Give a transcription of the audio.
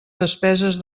despeses